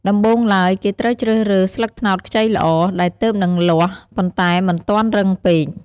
ដំបូងឡើយ គេត្រូវជ្រើសរើស ស្លឹកត្នោតខ្ចីល្អ ដែលទើបនឹងលាស់ ប៉ុន្តែមិនទាន់រឹងពេក។